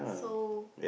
so